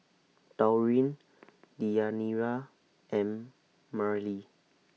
Taurean Deyanira and Mareli